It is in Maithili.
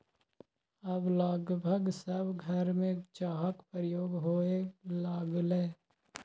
आब लगभग सभ घरमे चाहक प्रयोग होए लागलै